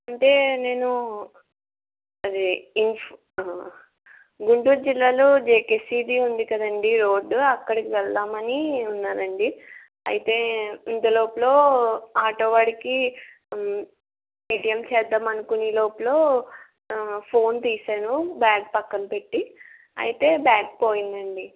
అంటే నేను అది ఇఫ్ గుంటూరు జిల్లాలో జేకే సిటీ ఉంది కదండీ రోడ్డు అక్కడికి వెళ్దామని ఉన్నానండి అయితే ఇంతలోపల ఆటో వాడికి పేటియం చేద్దాము అనుకునే లోపల ఫోన్ తీసాను బ్యాగ్ పక్కన పెట్టి అయితే బ్యాగ్ పోయిందండి